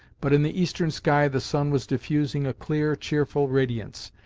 but in the eastern sky the sun was diffusing a clear, cheerful radiance,